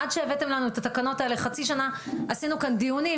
עד שהבאתם לנו את התקנות האלה חצי שנה עשינו כאן דיונים,